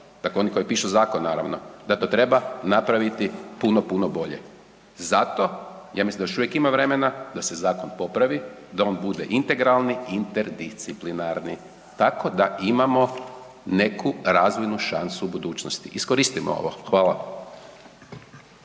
dakle oni koji pišu zakon naravno, da to treba napraviti puno, puno bolje. Za to, ja mislim da još uvijek ima vremena da se zakon popravi, da on bude integralni i interdisciplinarni, tako da imamo neku razvoju šansu u budućnosti. Iskoristimo ovo. Hvala.